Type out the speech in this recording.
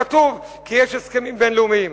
כתוב, כי יש הסכמים בין-לאומיים.